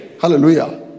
Hallelujah